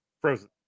Frozen